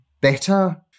better